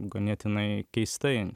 ganėtinai keistai